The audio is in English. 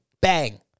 Bang